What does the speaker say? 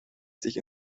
sich